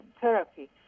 therapy